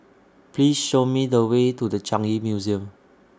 Please Show Me The Way to The Changi Museum